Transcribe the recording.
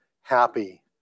happy